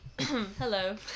Hello